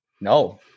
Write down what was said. No